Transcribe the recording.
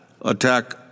attack